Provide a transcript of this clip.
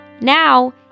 Now